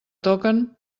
toquen